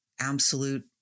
absolute